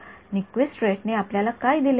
Nyquist रेटने आपल्याला काय दिले आहे